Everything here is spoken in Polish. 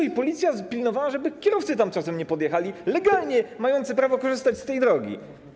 I Policja pilnowała, żeby kierowcy tam czasem nie podjechali, legalnie mający prawo korzystać z tej drogi.